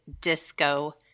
disco